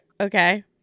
okay